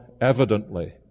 evidently